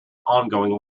ongoing